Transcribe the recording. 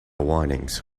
warnings